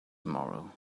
tomorrow